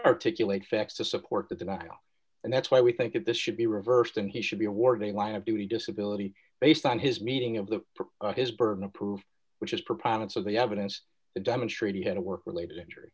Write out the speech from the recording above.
articulate facts to support the denial and that's why we think that this should be reversed and he should be awarding line of duty disability based on his meeting of the his burden of proof which is proponents of the evidence to demonstrate he had a work related injury